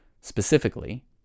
specifically